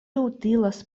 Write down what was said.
utilas